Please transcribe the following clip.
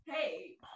hey